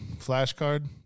flashcard